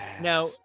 now